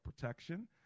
protection